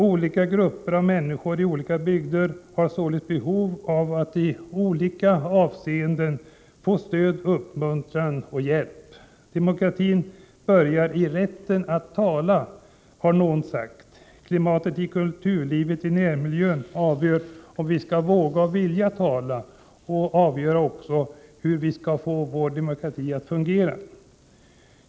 Olika grupper av människor och olika bygder är således i behov av olika mått av stöd, uppmuntran och hjälp. Demokratin börjar i rätten att tala, har någon sagt. Klimatet i kulturlivet i närmiljön avgör om vi skall våga och vilja tala. Och det är också avgörande för hur vi skall kunna få vår demokrati att fungera.